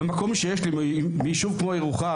במקום כמו ירוחם,